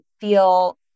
feel